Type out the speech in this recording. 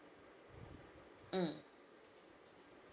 mm